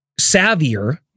savvier